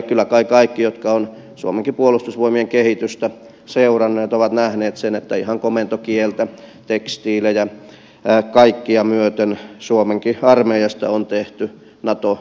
kyllä kai kaikki jotka ovat suomenkin puolustusvoimien kehitystä seuranneet ovat nähneet sen että ihan komentokieltä tekstiilejä kaikkea myöten suomenkin armeijasta on tehty nato yhteensopiva